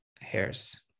hairs